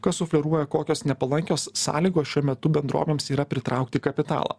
kas sufleruoja kokios nepalankios sąlygos šiuo metu bendrovėms yra pritraukti kapitalą